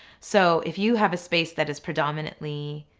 so if you have a space that is predominately.